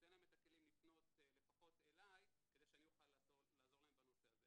נותן להם את הכלים לפנות לפחות אלי כדי שאני אוכל לעזור להם בנושא הזה,